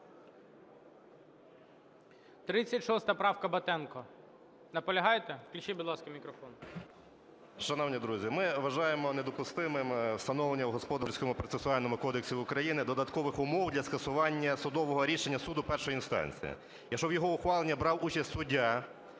36 правка, Батенко. Наполягаєте? Включіть, будь ласка, мікрофон. 11:18:46 БАТЕНКО Т.І. Шановні друзі, ми вважаємо недопустимим встановлення в Господарському процесуальному кодексі України додаткових умов для скасування судового рішення суду першої інстанції. Якщо в його ухваленні брав участь суддя,